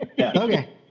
Okay